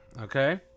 okay